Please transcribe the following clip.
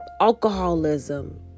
alcoholism